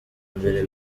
mbere